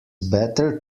better